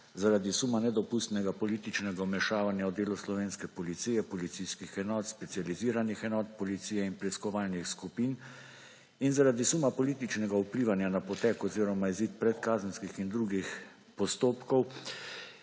zaradi suma nedopustnega političnega vmešavanja v delo slovenske policije, policijskih enot, specializiranih enot policije in preiskovalnih skupin in zaradi suma političnega vplivanja na potek oziroma izid predkazenskih in drugih postopkov